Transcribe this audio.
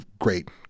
great